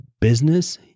business